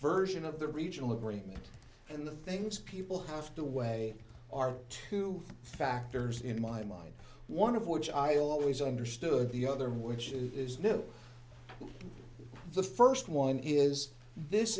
version of the regional agreement and the things people have to weigh are two factors in my mind one of which i always understood the other which is the first one is this